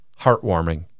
heartwarming